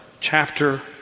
chapter